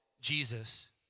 Jesus